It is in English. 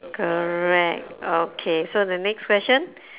correct okay so the next question